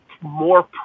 more